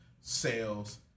sales